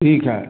ठीक है